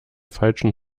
falschen